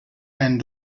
and